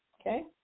Okay